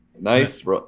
nice